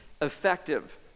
effective